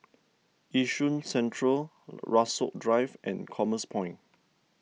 Yishun Central Rasok Drive and Commerce Point